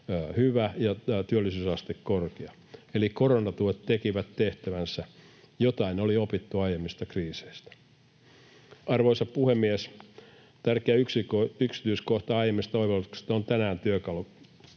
hyvä ja työllisyysaste korkea. Eli koronatuet tekivät tehtävänsä. Jotain oli opittu aiemmista kriiseistä. Arvoisa puhemies! Tärkeä yksityiskohta aiemmista oivalluksista on tänään työkalunamme.